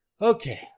Okay